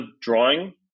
drawing